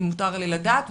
אם מותר לי לדעת?